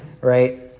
right